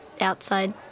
outside